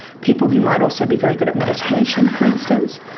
people who might also be very good at meditation for instance.